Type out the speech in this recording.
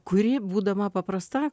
kuri būdama paprasta